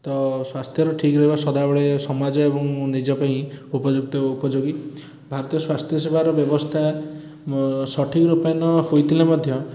ତ ସ୍ୱାସ୍ଥ୍ୟର ଠିକ ରହିବା ସଦାବେଳେ ସମାଜ ଏବଂ ନିଜ ପାଇଁ ଉପଯୁକ୍ତ ଉପଯୋଗୀ ଭାରତୀୟ ସ୍ୱାସ୍ଥ୍ୟ ସେବାର ବ୍ୟବସ୍ଥା ସଠିକ ରୂପେ ନ ହୋଇଥିଲେ ମଧ୍ୟ